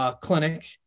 clinic